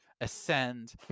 ascend